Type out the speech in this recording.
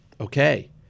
okay